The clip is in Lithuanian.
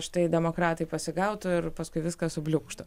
štai demokratai pasigautų ir paskui viskas subliūkštų